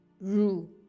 Rue